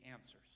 answers